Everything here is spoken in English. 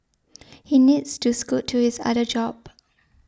he needs to scoot to his other job